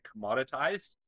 commoditized